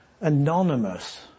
anonymous